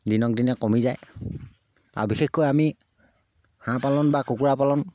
দিনক দিনে কমি যায় আৰু বিশেষকৈ আমি হাঁহ পালন বা কুকুৰা পালন